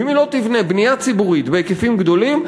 ואם היא לא תבנה בנייה ציבורית בהיקפים גדולים,